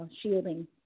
shielding